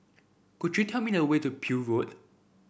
could you tell me the way to Peel Road